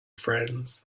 friends